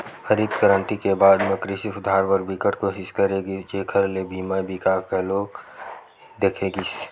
हरित करांति के बाद म कृषि सुधार बर बिकट कोसिस करे गिस जेखर ले एमा बिकास घलो देखे गिस